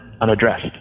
unaddressed